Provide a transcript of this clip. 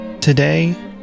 Today